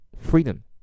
freedom